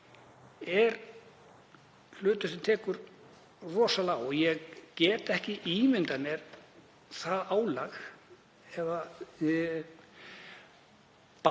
er hlutur sem tekur rosalega á og ég get ekki ímyndað mér það álag sem